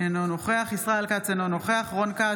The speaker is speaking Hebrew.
אינו נוכח ישראל כץ, אינו נוכח רון כץ,